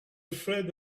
afraid